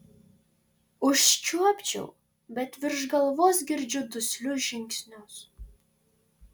užčiuopčiau bet virš galvos girdžiu duslius žingsnius